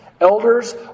Elders